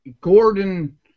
Gordon